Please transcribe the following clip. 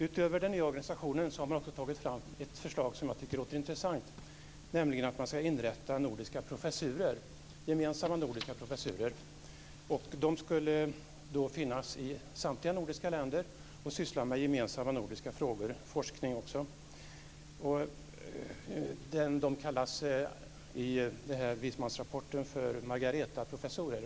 Utöver förslag till ny organisation har man också tagit fram ett förslag som jag tycker låter intressant, nämligen om att man ska inrätta gemensamma nordiska professurer. De skulle finnas i samtliga nordiska länder och syssla med gemensamma nordiska frågor och också forskning. De kallas i vismansrapporten för Margaretaprofessurer.